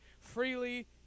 freely